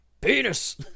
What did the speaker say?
Penis